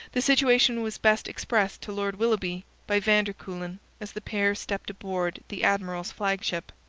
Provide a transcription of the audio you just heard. the situation was best expressed to lord willoughby by van der kuylen as the pair stepped aboard the admiral's flagship.